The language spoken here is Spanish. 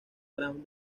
gran